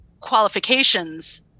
qualifications